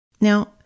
Now